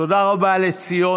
תודה רבה לציונה,